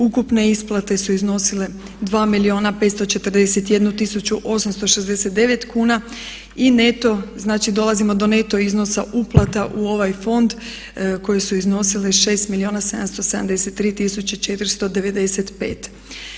Ukupne isplate su iznosile 2 milijuna 541 tisuća 869 kuna i neto, znači dolazimo do neto iznosa uplata u ovaj fond koji su iznosile 6 milijuna 773 tisuće 495.